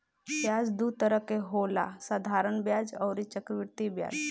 ब्याज दू तरह के होला साधारण ब्याज अउरी चक्रवृद्धि ब्याज